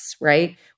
right